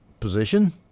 position